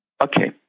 Okay